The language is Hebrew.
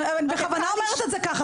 אני בכוונה אומרת את זה כך.